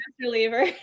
reliever